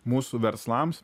mūsų verslams